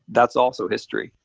that's also history,